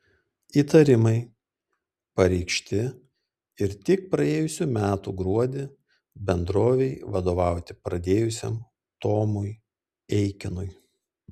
įtarimai pareikšti ir tik praėjusių metų gruodį bendrovei vadovauti pradėjusiam tomui eikinui